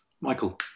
michael